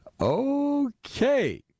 Okay